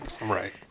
Right